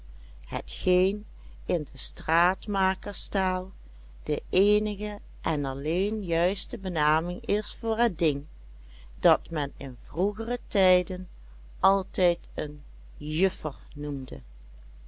hetgeen in de straatmakerstaal de eenige en alleen juiste benaming is voor het ding dat men in vroegere tijden altijd een juffer noemde